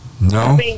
No